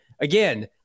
again